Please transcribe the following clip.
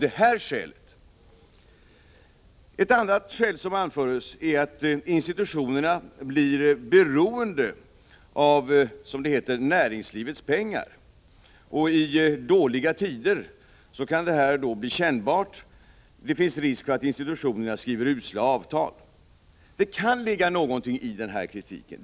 Ett annat argument som anfördes var att institutionerna blir beroende av, som det heter, näringslivets pengar, vilket i dåliga tider kan bli kännbart. Det finns risk för att institutionerna skriver usla avtal. Det kan ligga någonting i den kritiken.